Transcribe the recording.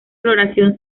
floración